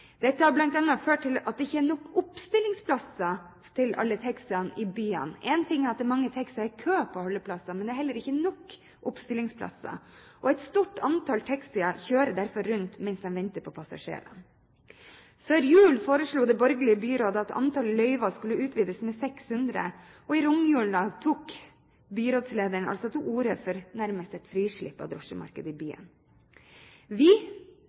Dette har bl.a. ført til at det ikke er nok oppstillingsplasser til alle taxiene i byene. Én ting er at det er mange taxier i kø på holdeplassene, men det er heller ikke nok oppstillingsplasser. Et stort antall taxier kjører derfor rundt mens de venter på passasjerer. Før jul foreslo det borgerlige byrådet at antallet løyver skulle utvides med 600, og i romjulen tok byrådslederen til orde for nærmest et frislipp av drosjemarkedet i byen. Vi